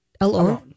Alone